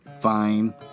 Fine